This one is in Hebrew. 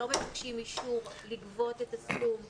לא מבקשים אישור לגבות את הסכום כעת,